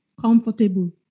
comfortable